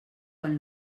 quan